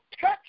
touch